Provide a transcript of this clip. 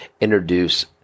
introduce